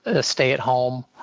stay-at-home